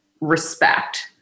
respect